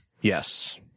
Yes